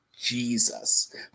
Jesus